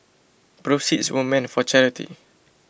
proceeds were meant for charity